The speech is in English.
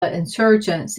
insurgents